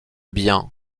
bien